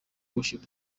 worship